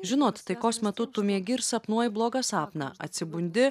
žinot taikos metu tu miegi ir sapnuoji blogą sapną atsibundi